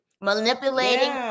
Manipulating